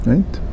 Right